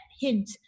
hint